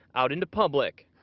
out into public.